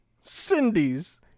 Cindy's